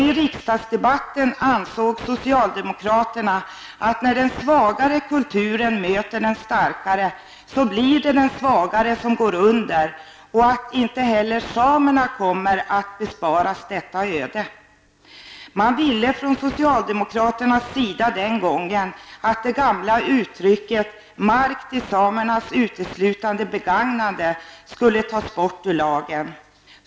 I riksdagsdebatten ansåg socialdemokraterna att det, när den svagare kulturen möter den starkare, blir den svagare som går under och att inte heller samerna kommer att besparas detta öde. Man ville från socialdemokraternas sida den gången att det gamla uttrycket ''mark till samernas uteslutande begagnande'' skulle tas bort ur lagen.